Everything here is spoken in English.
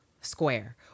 square